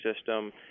system